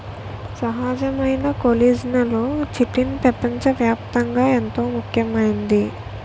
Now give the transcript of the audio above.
సహజమైన కొల్లిజన్లలో చిటిన్ పెపంచ వ్యాప్తంగా ఎంతో ముఖ్యమైంది